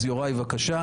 יוראי, בבקשה.